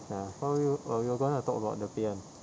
ya how about you oh you're going to talk about the pay kan